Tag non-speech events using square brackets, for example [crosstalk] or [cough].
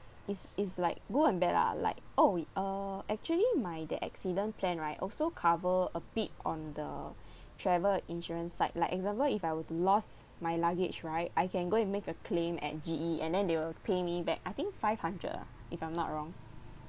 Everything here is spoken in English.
it's it's like good and bad lah like oh uh actually my the accident plan right also cover a bit on the [breath] travel insurance side like example if I were to lost my luggage right I can go and make a claim at G_E and then they will pay me back I think five hundred ah if I'm not wrong